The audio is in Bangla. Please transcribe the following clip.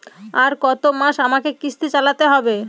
আর কতমাস আমাকে কিস্তি চালাতে হবে?